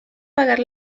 pagar